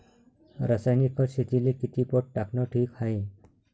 रासायनिक खत शेतीले किती पट टाकनं ठीक हाये?